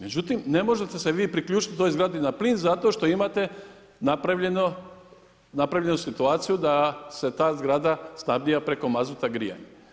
Međutim, ne možete se vi priključiti toj zgradi na plin zato što imate napravljenu situaciju da se ta zgrada starija preko mazuta grije.